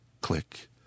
click